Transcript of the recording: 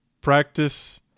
practice